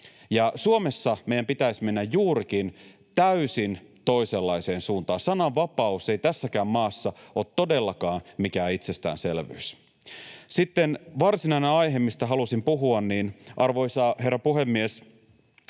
Suomessa meidän pitäisi mennä juurikin täysin toisenlaiseen suuntaan. Sananvapaus ei tässäkään maassa ole todellakaan mikään itsestäänselvyys. Sitten varsinaiseen aiheeseen, mistä halusin puhua. Arvoisa herra puhemies!